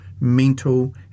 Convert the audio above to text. mental